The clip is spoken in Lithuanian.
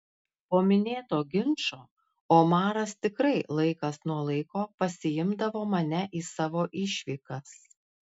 po minėto ginčo omaras tikrai laikas nuo laiko pasiimdavo mane į savo išvykas